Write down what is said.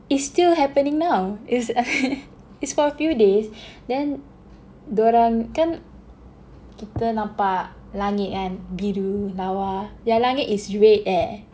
it's still happening now it's I think it's for few days then diorang kan kita nampak langit kan biru lawa their langit is red eh